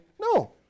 No